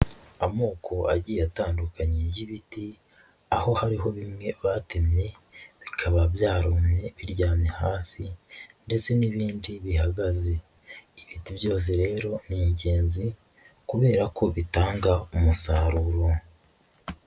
Amoko agiye atandukanye y'ibiti aho hariho bimwe batemye bikaba byarumye biryamye hasi ndetse n'ibindi bihagaze, ibindi byose rero ni ingenzi kubera ko bitanga umusaruro.